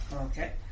Okay